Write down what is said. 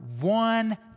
one